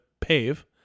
pave